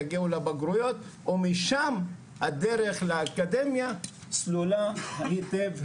יגיעו לבגרויות ומשם הדרך לאקדמיה סלולה היטב,